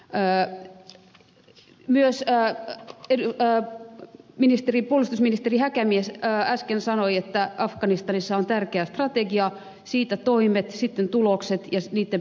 p ää myöskään yltää ministeri puolustusministeri häkämies äsken sanoi että afganistanissa on tärkeää strategia siitä toimet sitten tulokset ja niitten perusteella johtopäätökset